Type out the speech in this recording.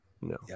No